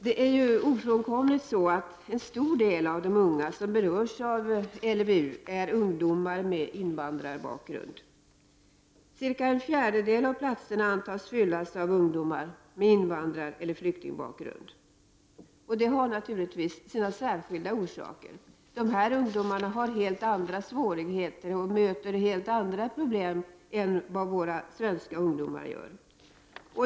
Det är ofrånkomligt så att en stor del av de unga som berörs av LVU är ungdomar med invandrarbakgrund. Cirka en fjärdedel av platserna antas fyllas av ungdomar med invandrareller flyktingbakgrund. Detta har naturligtvis sina särskilda orsaker. Dessa ungdomar har helt andra svårigheter och möter helt andra problem än våra svenska ungdomar.